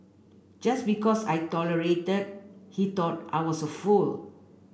just because I tolerated he thought I was a fool